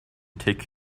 take